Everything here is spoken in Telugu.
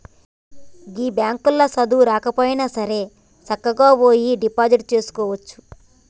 గీ బాంకులల్ల సదువు రాకున్నాసరే సక్కగవోయి డిపాజిట్ జేసుకోవచ్చు